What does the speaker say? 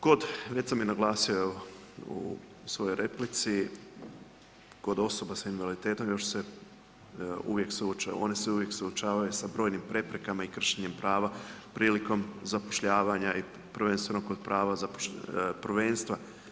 Kod, već sam i naglasio, u svojoj replici, kod osoba sa invaliditetom, one se uvijek suočavaju sa brojnim preprekama i kršenjem prava prilikom zapošljavanja prvenstveno kod prava prvenstva.